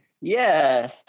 Yes